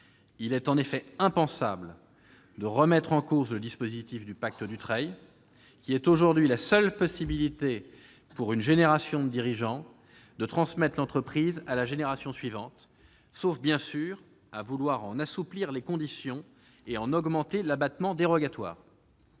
Il est en effet impensable de remettre en cause le dispositif du pacte Dutreil, qui est aujourd'hui la seule possibilité pour une génération de dirigeants de transmettre l'entreprise à la génération suivante, sauf, bien sûr, à vouloir en assouplir les conditions et en augmenter l'abattement dérogatoire.